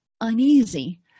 uneasy